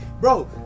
bro